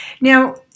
Now